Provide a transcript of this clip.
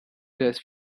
test